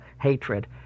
hatred